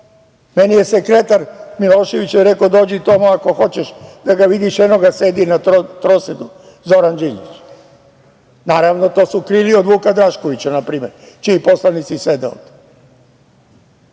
Meni je sekretar Miloševićev rekao - dođi Tomo ako hoćeš da ga vidiš, eno ga sedi na trosedu Zoran Đinđić. Naravno, to su krili od Vuka Draškovića, na primer, čiji poslanici sede ovde,